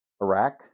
Iraq